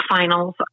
finals